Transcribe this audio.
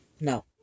No